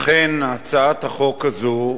אכן, הצעת החוק הזאת,